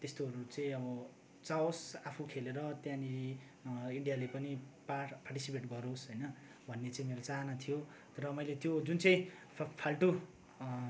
त्यस्तोहरू चाहिँ अब चाओस् आफू खेलेर त्यहाँनिर इन्डियाले पनि पार पार्टिसिपेट गरोस् होइन भन्ने चाहिँ मेरो चाहना थियो र मैले त्यो जुन चाहिँ फा फाल्टु